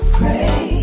pray